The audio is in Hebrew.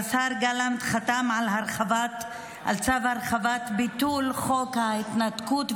שהשר גלנט חתם על צו הרחבת ביטול חוק ההתנתקות,